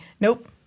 nope